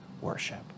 worship